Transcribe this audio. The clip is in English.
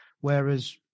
whereas